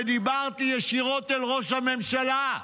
ודיברתי ישירות אל ראש הממשלה.